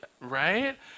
right